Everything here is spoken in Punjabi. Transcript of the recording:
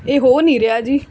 ਇਹ ਹੋ ਨਹੀਂ ਰਿਹਾ ਜੀ